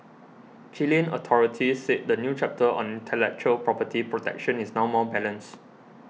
Chilean authorities say the new chapter on intellectual property protection is now more balanced